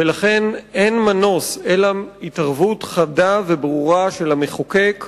ולכן אין מנוס אלא התערבות חדה וברורה של המחוקק.